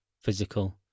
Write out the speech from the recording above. physical